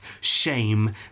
shame